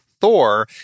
Thor